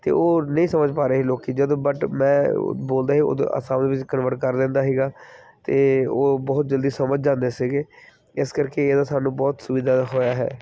ਅਤੇ ਉਹ ਨਹੀਂ ਸਮਝ ਪਾ ਰਹੇ ਲੋਕ ਜਦੋਂ ਬਟ ਮੈਂ ਬੋਲਦਾ ਸੀ ਉਦੋਂ ਆਸਾਮੀ ਵਿੱਚ ਕਨਵਰਟ ਕਰ ਦਿੰਦਾ ਸੀਗਾ ਅਤੇ ਉਹ ਬਹੁਤ ਜਲਦੀ ਸਮਝ ਜਾਂਦੇ ਸੀਗੇ ਇਸ ਕਰਕੇ ਇਹਦਾ ਸਾਨੂੰ ਬਹੁਤ ਸੁਵਿਧਾ ਦਾ ਹੋਇਆ ਹੈ